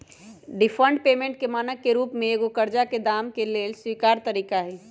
deferred payment के मानक के रूप में एगो करजा के दाम के लेल स्वीकार तरिका हइ